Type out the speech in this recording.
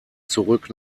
zurück